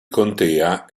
contea